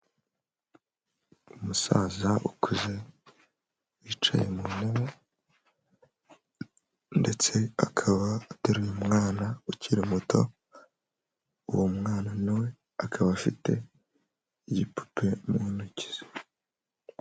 Umusaza ukuze, wicaye mu ntebe ndetse akaba ateraye umwana ukiri muto, uwo mwana nawe we akaba afite igipupe mu ntoki ze.